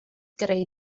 greu